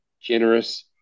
generous